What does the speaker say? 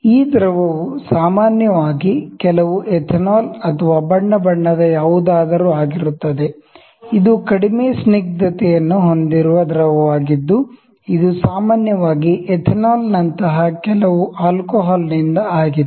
ಈ ದ್ರವವು ಸಾಮಾನ್ಯವಾಗಿ ಕೆಲವು ಎಥೆನಾಲ್ ಅಥವಾ ಬಣ್ಣಬಣ್ಣದ ಯಾವುದಾದರೂ ಆಗಿರುತ್ತದೆ ಇದು ಕಡಿಮೆ ವಿಸ್ಕೋಸಿಟಿ ಯನ್ನು ಹೊಂದಿರುವ ದ್ರವವಾಗಿದ್ದು ಇದು ಸಾಮಾನ್ಯವಾಗಿ ಎಥೆನಾಲ್ ನಂತಹ ಕೆಲವು ಆಲ್ಕೋಹಾಲ್ ನಿಂದ ಆಗಿದೆ